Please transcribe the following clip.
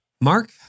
Mark